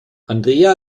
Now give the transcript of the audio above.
andrea